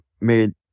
made